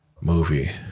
movie